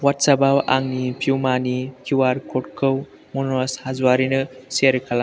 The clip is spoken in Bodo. अवाट्सएपआव आंनि पेइउमानि किउआर क'डखौ मनज हाज'वारिनो सेयार खालाम